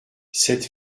cette